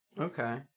Okay